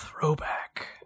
throwback